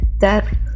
death